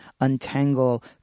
untangle